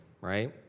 right